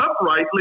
uprightly